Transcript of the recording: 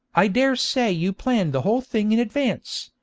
i dare say you planned the whole thing in advance,